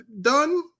done